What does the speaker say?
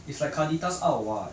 it's like kadita's out what